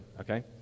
okay